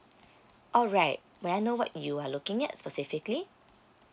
alright may I know what you are looking at specifically